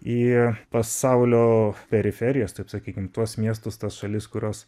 į pasaulio periferijas taip sakykim tuos miestus tas šalis kurios